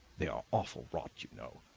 they are awful rot, you know.